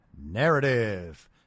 narrative